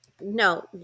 No